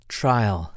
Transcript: trial